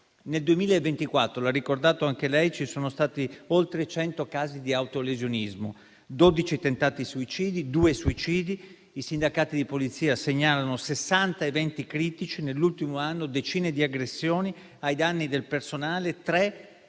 Nel 2024, l'ha ricordato anche lei, ci sono stati oltre 100 casi di autolesionismo, 12 tentati suicidi, 2 suicidi; i sindacati di Polizia segnalano 60 eventi critici nell'ultimo anno, decine di aggressioni ai danni del personale, tre in